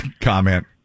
comment